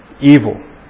evil